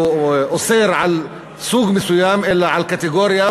אוסר על סוג מסוים אלא על קטגוריה,